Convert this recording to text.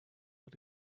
but